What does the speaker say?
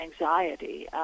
anxiety